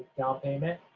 down payment,